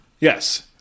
Yes